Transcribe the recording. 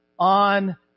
On